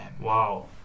Wow